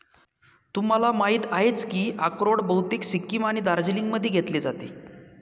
तुम्हाला माहिती आहेच की अक्रोड बहुतेक सिक्कीम आणि दार्जिलिंगमध्ये घेतले जाते